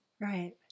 Right